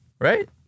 Right